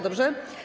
Dobrze?